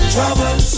Trouble